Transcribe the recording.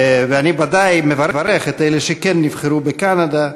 ואני ודאי מברך את אלה שכן נבחרו בקנדה.